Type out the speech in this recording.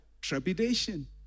trepidation